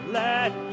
let